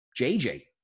JJ